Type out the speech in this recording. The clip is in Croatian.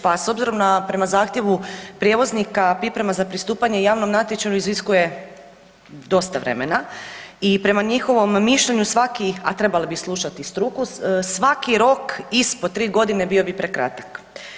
Pa s obzirom prema zahtjevu prijevoznika priprema za pristupanje javnom natječaju iziskuje dosta vremena i prema njihovom mišljenju svaki, a trebali bi slušati struku, svaki rok ispod tri godine bio bi prekratak.